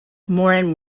morin